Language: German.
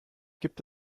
gibt